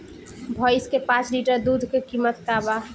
भईस के पांच लीटर दुध के कीमत का बा?